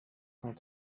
cent